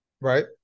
right